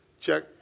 Check